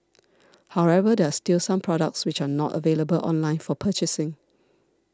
however there are still some products which are not available online for purchasing